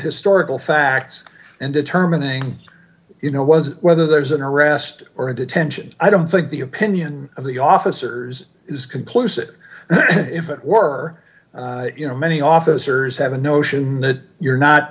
historical facts and determining you know was whether there's an arrest or a detention i don't think the opinion of the officers is conclusive if it were you know many officers have a notion that you're not